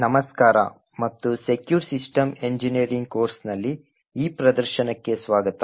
ನಮಸ್ಕಾರ ಮತ್ತು secure system engineering ಕೋರ್ಸ್ನಲ್ಲಿ ಈ ಪ್ರದರ್ಶನಕ್ಕೆ ಸ್ವಾಗತ